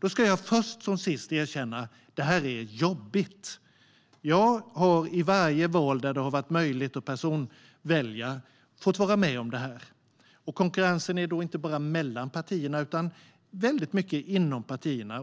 Jag ska först som sist erkänna att det är jobbigt. Jag har i varje val där det har varit möjligt att personvälja fått vara med om det. Konkurrensen är då inte bara mellan partierna utan väldigt mycket inom partierna.